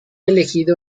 elegido